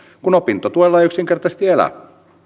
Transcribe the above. kun opintotuella ei yksinkertaisesti elä